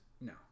No